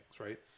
right